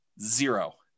zero